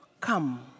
come